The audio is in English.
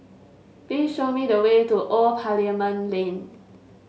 please show me the way to Old Parliament Lane